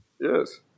yes